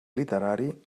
literari